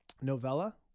novella